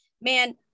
man